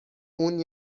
اون